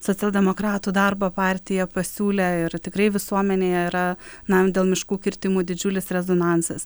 socialdemokratų darbo partija pasiūlė ir tikrai visuomenėje yra na dėl miškų kirtimų didžiulis rezonansas